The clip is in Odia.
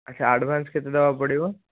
ଆଚ୍ଛା ଆଡ଼୍ଭାନ୍ସ୍ କେତେ ଦେବାକୁ ପଡ଼ିବ